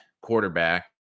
quarterback